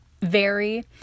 vary